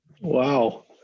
Wow